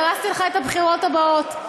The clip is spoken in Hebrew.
הרסתי לך את הבחירות הבאות.